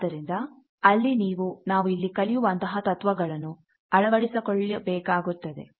ಆದ್ದರಿಂದ ಅಲ್ಲಿ ನೀವು ನಾವು ಇಲ್ಲಿ ಕಲಿಯುವಂತಹ ತತ್ವಗಳನ್ನು ಅಳವಡಿಸಿಕೊಳ್ಳಬೇಕಾಗುತ್ತದೆ